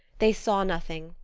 they saw nothing,